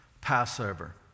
Passover